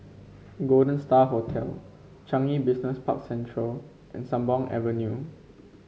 Golden Star Hotel Changi Business Park Central and Sembawang Avenue